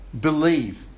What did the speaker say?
believe